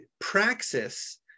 praxis